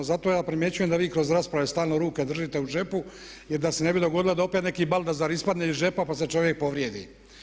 Zato ja primjećujem da vi kroz rasprave stalno ruke držite u džepu da se ne bi dogodilo da opet neki Baldazar ispadne iz džepa pa se čovjek povrijedi.